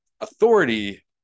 authority